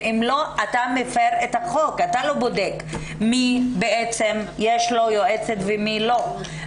ואם לא אז אתה מפר את החוק כאשר אתה לא בודק למי יש יועצת ולמי לא.